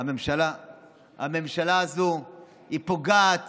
הממשלה הזו פוגעת